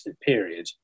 period